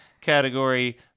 category